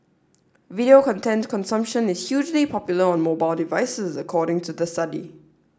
video content consumption is hugely popular on mobile devices according to the study